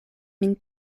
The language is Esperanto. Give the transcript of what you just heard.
min